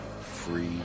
Free